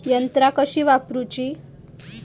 यंत्रा कशी वापरूची?